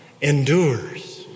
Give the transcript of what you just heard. endures